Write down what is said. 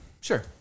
sure